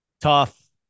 tough